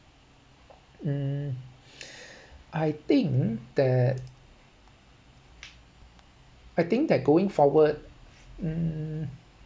mm I think that I think that going forward mm